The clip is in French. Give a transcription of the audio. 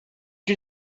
une